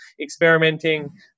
experimenting